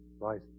right